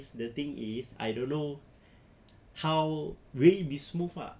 is the thing is I don't know how will it be smooth ah